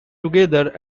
together